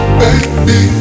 baby